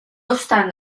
obstant